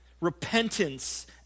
repentance